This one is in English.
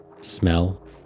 Smell